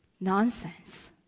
nonsense